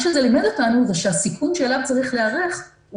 מה שזה לימד אותנו זה שהסיכון שאליו צריך להיערך הוא